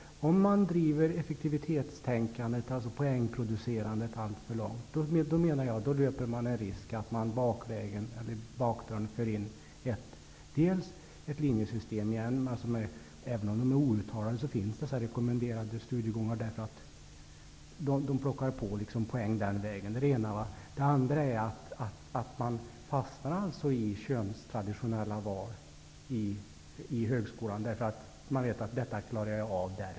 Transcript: Om man driver effektivitetstänkandet, alltså poängproducerandet, alltför långt, menar jag att man löper en risk att genom bakdörren föra in ett linjesystem igen. Även om de är outtalade finns det rekommenderade studiegångar, därför att studenterna plockar poäng den vägen. Det är det ena. Det andra är att man fastnar i könstraditionella val i högskolan, därför att man vet att det klarar man av.